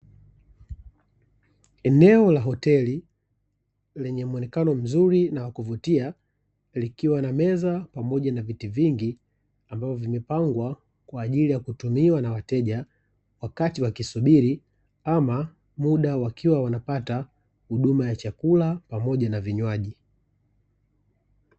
Eneo la hoteli lenye muonekano mzuri wa kuvutia likiwa na meza pamoja na viti vingi, ambavyo vimepangwa kwa ajili ya kutumiwa na wateja wakati wakisubiri, ama muda wakiwa wanapata huduma ya chakula pamoja na vinywaji.